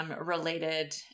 related